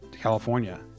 California